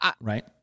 right